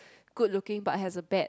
good looking but has a bad